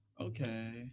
Okay